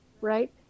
right